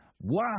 Wow